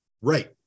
Right